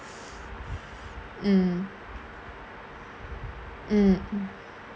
mm mm